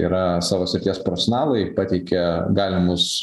yra savo srities profesionalai pateikia galimus